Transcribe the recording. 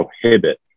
prohibit